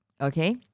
okay